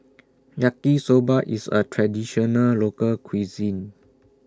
Yaki Soba IS A Traditional Local Cuisine